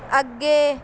ਅੱਗੇ